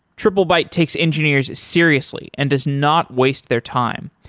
triplebyte takes engineers seriously and does not waste their time.